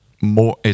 more